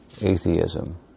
atheism